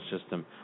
system